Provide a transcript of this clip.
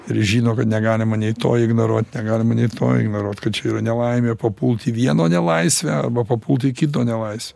ir žino kad negalima nei to ignoruot negalima nei to ignoruot kad čia yra nelaimė papult į vieno nelaisvę arba papult į kito nelaisvę